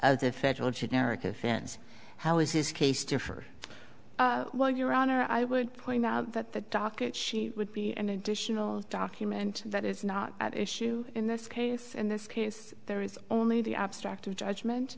of the federal trade merrick offense how is his case differ while your honor i would point out that the docket she would be an additional document that is not at issue in this case in this case there is only the abstract of judgment